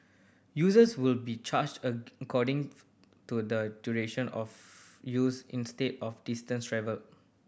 users will be charged to the duration of use instead of distance travelled